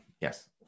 Yes